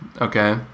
okay